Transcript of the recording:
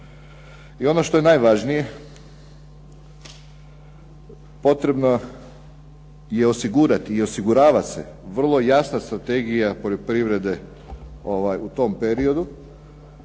I ono što je najvažnije potrebno je osigurati i osigurava se vrlo jasna strategija poljoprivrede u tom periodu